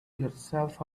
yourself